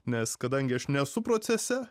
nes kadangi aš nesu procese